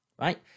right